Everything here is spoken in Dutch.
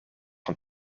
van